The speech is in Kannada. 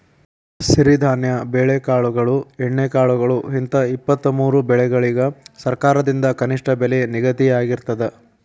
ಸಿರಿಧಾನ್ಯ ಬೆಳೆಕಾಳುಗಳು ಎಣ್ಣೆಕಾಳುಗಳು ಹಿಂತ ಇಪ್ಪತ್ತಮೂರು ಬೆಳಿಗಳಿಗ ಸರಕಾರದಿಂದ ಕನಿಷ್ಠ ಬೆಲೆ ನಿಗದಿಯಾಗಿರ್ತದ